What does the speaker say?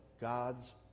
God's